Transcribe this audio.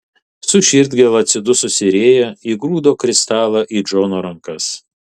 su širdgėla atsidususi rėja įgrūdo kristalą į džono rankas